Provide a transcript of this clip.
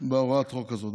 בחוק הזה.